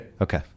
Okay